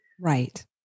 Right